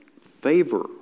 favor